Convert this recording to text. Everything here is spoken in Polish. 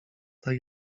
tak